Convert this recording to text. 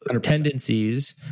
tendencies